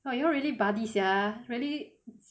!wah! you all really buddy sia really